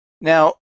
Now